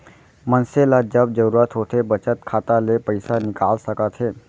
मनसे ल जब जरूरत होथे बचत खाता ले पइसा निकाल सकत हे